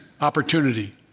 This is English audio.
opportunity